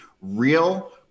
real